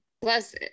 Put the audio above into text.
plus